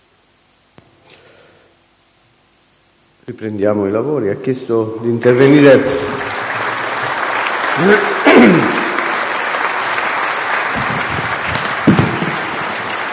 Riprendiamo i lavori.